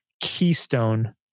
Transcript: Keystone